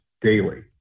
daily